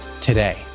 today